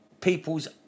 people's